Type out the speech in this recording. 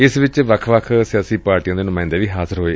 ਜਿਸ ਵਿਚ ਵੱਖ ਵੱਖ ਪਾਰਟੀਆਂ ਦੇ ਨੁਮਾਇੰਦੇ ਹਾਜ਼ਰ ਹੋਏ